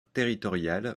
territorial